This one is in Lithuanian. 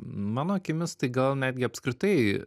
mano akimis tai gal netgi apskritai